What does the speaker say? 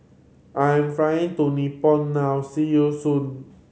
I am flying to Nepal now see you soon